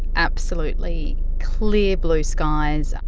absolutely clear blue skies,